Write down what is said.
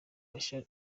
bashar